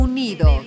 Unido